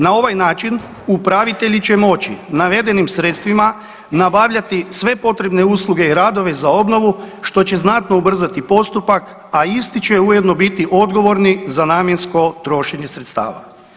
Na ovaj način upravitelji će moći navedenim sredstvima nabavljati sve potrebne usluge i radove za obnovu, što će znatno ubrzati postupak, a isti će ujedno biti odgovorni za namjensko trošenje sredstava.